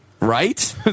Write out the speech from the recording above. Right